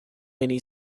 many